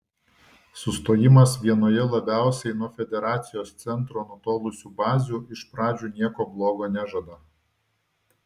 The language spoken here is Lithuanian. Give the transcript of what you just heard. sustojimas vienoje labiausiai nuo federacijos centro nutolusių bazių iš pradžių nieko bloga nežada